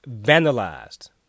vandalized